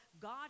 God